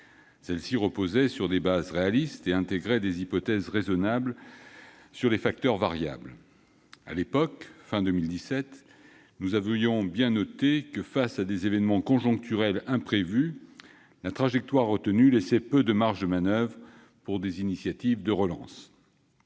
Celle-ci reposait sur des bases réalistes et intégrait des hypothèses raisonnables sur des facteurs variables. À l'époque de son adoption, à la fin de 2017, nous avions bien noté que, face à des événements conjoncturels imprévus, la trajectoire retenue laisserait peu de marges de manoeuvre pour des initiatives de relance.